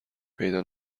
پیدا